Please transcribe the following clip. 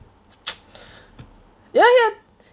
ya ya